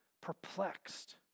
perplexed